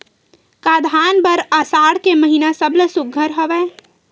का धान बर आषाढ़ के महिना सबले सुघ्घर हवय?